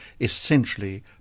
essentially